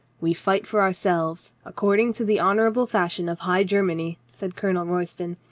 we fight for ourselves, according to the honor able fashion of high germany, said colonel roy ston.